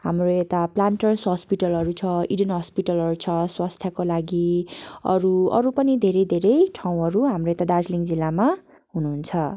हाम्रो यता प्रान्टर्स हस्पिटलहरू छ इडेन हस्पिटलहरू छ स्वास्थ्यको लागि अरू अरू पनि धेरै धेरै ठाउँहरू हाम्रो यता दार्जिलिङ जिल्लामा हुनुहुन्छ